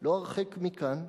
לא הרחק מכאן,